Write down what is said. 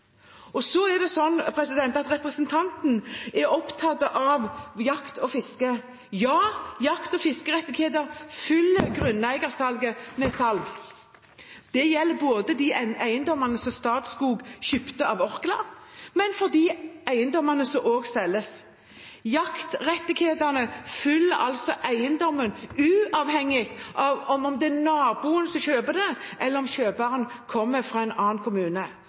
Representanten er opptatt av jakt og fiske. Ja, jakt- og fiskerettigheter følger grunneier ved salg. Det gjelder både for de eiendommene som Statskog kjøpte av Orkla, og for de eiendommene som selges. Jaktrettighetene følger altså eiendommen, uavhengig av om det er naboen som kjøper den, eller om kjøperen kommer fra en annen kommune.